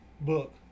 Book